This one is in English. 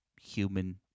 human